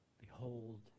behold